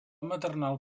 maternal